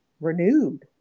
renewed